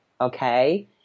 Okay